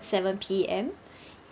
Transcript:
seven P_M